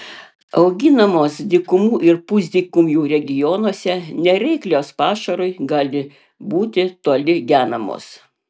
auginamos dykumų ir pusdykumių regionuose nereiklios pašarui gali būti toli genamos